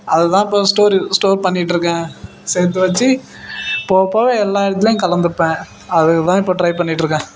அதுதான் இப்போ story store பண்ணிகிட்ருக்கேன் சேர்த்து வச்சு போகப் போக எல்லா இதுலேயும் கலந்துப்பேன் அதுக்கு தான் இப்போ ட்ரை பண்ணிகிட்ருக்கேன்